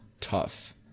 tough